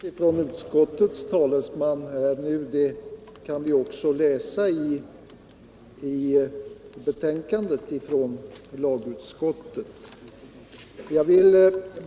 Herr talman! Vad som här sagts av utskottets talesman kan vi också läsa i betänkandet från lagutskottet.